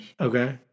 Okay